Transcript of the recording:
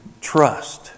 trust